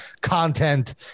content